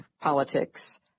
politics